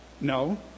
No